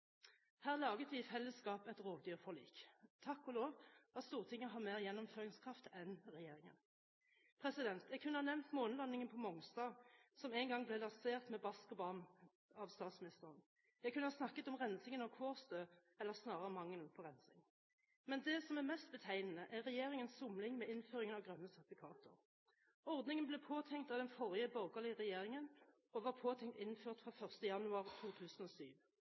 Her laget vi i fellesskap et rovdyrforlik. Takk og lov at Stortinget har mer gjennomføringskraft enn regjeringen. Jeg kunne ha nevnt månelandingen på Mongstad, noe som en gang ble lansert med brask og bram av statsministeren. Jeg kunne ha snakket om rensingen av Kårstø – eller snarere mangelen på rensing. Men det som er mest betegnende, er regjeringens somling med innføring av grønne sertifikater. Ordningen ble påtenkt av den forrige borgerlige regjeringen og var tenkt innført fra 1. januar 2007.